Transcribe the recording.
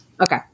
Okay